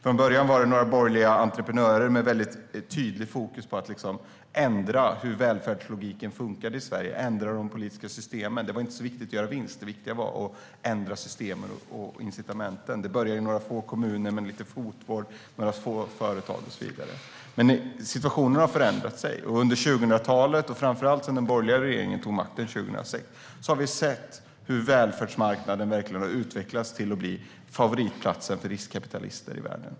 Från början var det några borgerliga entreprenörer med väldigt tydligt fokus på att ändra hur välfärdslogiken funkade i Sverige och ändra de politiska systemen. Det var inte så viktigt att göra vinst; det viktiga var att ändra systemen och incitamenten. Det började i några få kommuner med några få företag, lite fotvård och så vidare. Men situationen har förändrats. Under 2000-talet och framför allt sedan den borgerliga regeringen tog makten 2006 har vi sett hur välfärdsmarknaden har utvecklats till att bli favoritplatsen för riskkapitalister i världen.